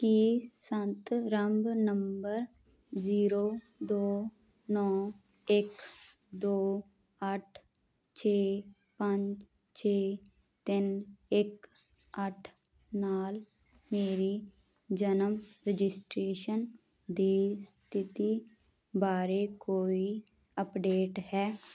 ਕੀ ਸੰਦਰਭ ਨੰਬਰ ਜ਼ੀਰੋ ਦੋ ਨੌਂ ਇੱਕ ਦੋ ਅੱਠ ਛੇ ਪੰਜ ਛੇ ਤਿੰਨ ਇੱਕ ਅੱਠ ਨਾਲ ਮੇਰੀ ਜਨਮ ਰਜਿਸਟ੍ਰੇਸ਼ਨ ਦੀ ਸਥਿਤੀ ਬਾਰੇ ਕੋਈ ਅਪਡੇਟ ਹੈ